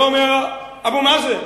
את זה אומר אבו מאזן.